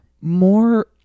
more